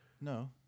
No